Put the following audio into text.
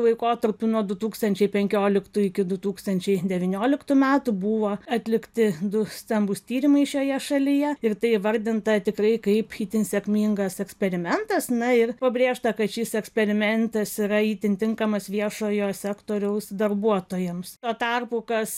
laikotarpiu nuo du tūkstančiai penkioliktų iki du tūkstančiai devynioliktų metų buvo atlikti du stambūs tyrimai šioje šalyje ir tai įvardinta tikrai kaip itin sėkmingas eksperimentas na ir pabrėžta kad šis eksperimentas yra itin tinkamas viešojo sektoriaus darbuotojams tuo tarpu kas